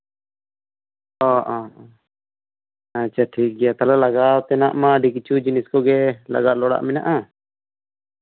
ᱚ ᱟᱪᱪᱷᱟ ᱴᱷᱤᱠ ᱜᱮᱭᱟ ᱛᱟᱦᱞᱮ ᱞᱟᱜᱟᱣ ᱛᱮᱱᱟᱜ ᱢᱟ ᱟᱹᱰᱤ ᱠᱤᱪᱷᱩ ᱡᱤᱱᱤᱥ ᱠᱚᱜᱮ ᱞᱟᱜᱟᱣ ᱛᱮᱱᱟᱜ ᱢᱮᱱᱟᱜᱼᱟ